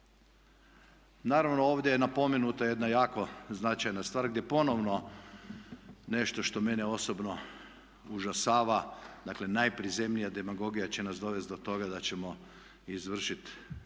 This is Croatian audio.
Naravno ovdje je napomenuta jedna jako značajna stvar gdje ponovno nešto što mene osobno užasava, dakle najprizemnija demagogija će nas dovesti do toga da ćemo izvršit